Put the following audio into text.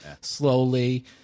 slowly